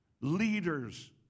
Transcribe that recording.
leaders